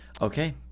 Okay